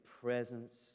presence